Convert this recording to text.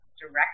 direct